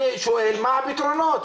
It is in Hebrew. אני שואל: מה הפתרונות?